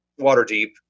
Waterdeep